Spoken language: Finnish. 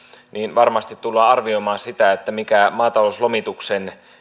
varmasti tullaan arvioimaan sitä mikä maatalouslomituksen